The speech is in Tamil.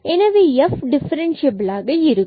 எனவே f டிஃபரன்ஸ்சியபிலாக இருக்கும்